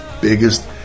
biggest